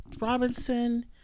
robinson